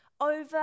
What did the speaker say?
over